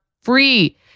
free